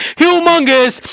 humongous